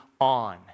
on